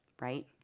right